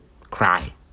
cry